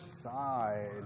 Side